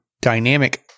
dynamic